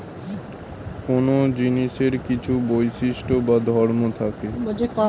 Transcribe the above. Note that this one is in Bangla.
কোন জিনিসের কিছু বৈশিষ্ট্য বা ধর্ম থাকে